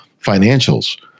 financials